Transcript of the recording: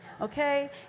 okay